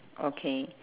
okay